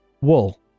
Wool